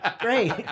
Great